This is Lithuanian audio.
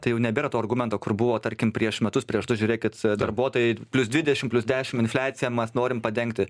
tai jau nebėra to argumento kur buvo tarkim prieš metus prieš du žiūrėkit darbuotojai plius dvidešim plius dešim infliacija mes norim padengti